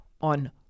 on